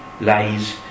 lies